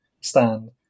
stand